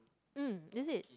hmm is it